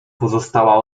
pozostała